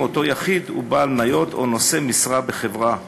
אם אותו יחיד הוא בעל מניות או נושא משרה בחברה.